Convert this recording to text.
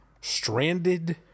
stranded